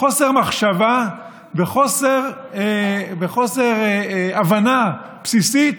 חוסר מחשבה וחוסר הבנה בסיסית